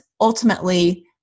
ultimately